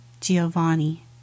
Giovanni